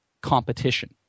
competition